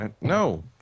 No